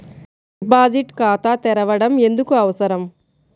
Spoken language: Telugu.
డిపాజిట్ ఖాతా తెరవడం ఎందుకు అవసరం?